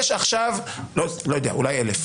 אולי 1,000,